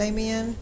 Amen